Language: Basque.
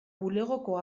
bulegoko